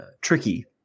tricky